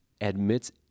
admits